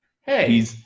Hey